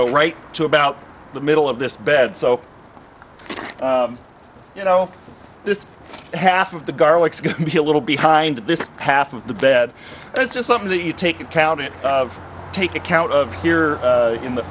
know right to about the middle of this bed so you know this half of the garlics going to be a little behind this half of the bed it's just something that you take account of take account of here in the